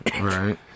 Right